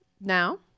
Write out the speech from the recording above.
now